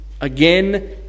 Again